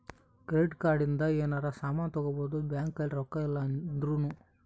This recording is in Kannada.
ಕ್ರೆಡಿಟ್ ಕಾರ್ಡ್ ಇಂದ ಯೆನರ ಸಾಮನ್ ತಗೊಬೊದು ಬ್ಯಾಂಕ್ ಅಲ್ಲಿ ರೊಕ್ಕ ಇಲ್ಲ ಅಂದೃನು